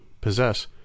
possess